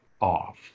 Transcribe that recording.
off